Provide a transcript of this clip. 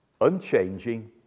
unchanging